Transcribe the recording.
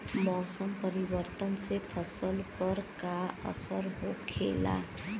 मौसम परिवर्तन से फसल पर का असर होखेला?